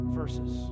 verses